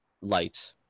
light